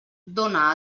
dóna